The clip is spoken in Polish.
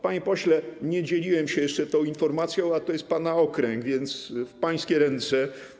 Panie pośle, nie dzieliłem się jeszcze tą informacją, a to jest pana okręg, więc w pańskie ręce.